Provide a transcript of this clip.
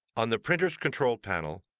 on the printer's control panel,